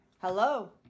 Hello